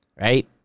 Right